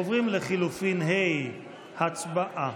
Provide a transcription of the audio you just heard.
עוברים ללחלופין ה' הצבעה.